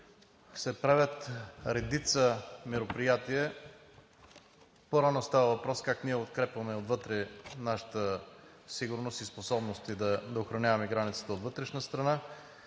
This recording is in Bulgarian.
се правят редица мероприятия. По-рано стана въпрос как укрепваме отвътре нашата сигурност и способности да охраняваме границата от вътрешната страна.